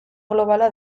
globala